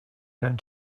going